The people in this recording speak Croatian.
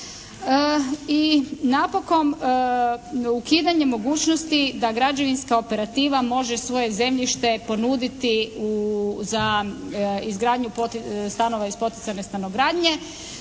I napokon, ukidanje mogućnosti da građevinska operativa može svoje zemljište ponuditi za izgradnju stanova iz poticane stanogradnje,